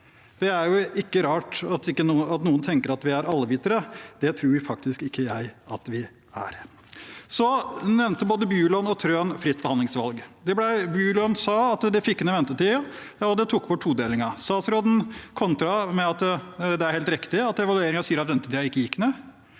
Det er jo ikke rart at noen tenker at vi er allvitere. Det tror faktisk ikke jeg at vi er. Både Bjuland og Trøen nevnte fritt behandlingsvalg. Bjuland sa at det fikk ned ventetiden, og at det tok bort todelingen. Statsråden kontret med at det er helt riktig at evalueringen sier at ventetiden ikke gikk ned.